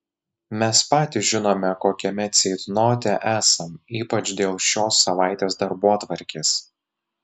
mes patys žinome kokiame ceitnote esam ypač dėl šios savaitės darbotvarkės